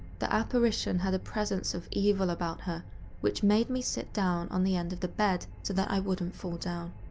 the apparition had a presence of evil about her which made me sit down on the end of the bed so that i wouldn't fall down.